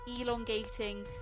elongating